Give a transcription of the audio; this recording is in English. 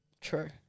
True